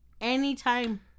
anytime